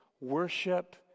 worship